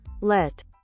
Let